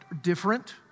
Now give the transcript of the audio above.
different